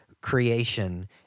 creation